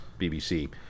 BBC